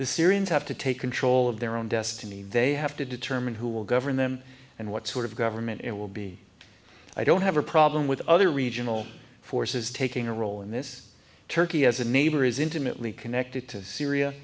the syrians have to take control of their own destiny they have to determine who will govern them and what sort of government it will be i don't have a problem with other regional forces taking a role in this turkey as a neighbor is intimately connected to syria